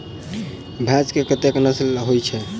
भैंस केँ कतेक नस्ल होइ छै?